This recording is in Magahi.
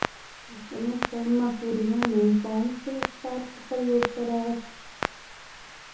अपने सब मसुरिया मे कौन से उपचार के प्रयोग कर हखिन?